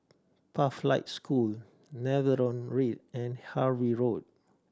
Pathlight School Netheravon Read and Harvey Road